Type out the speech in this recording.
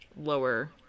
lower